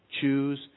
Choose